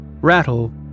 Rattle